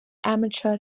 amateur